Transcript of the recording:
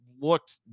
looked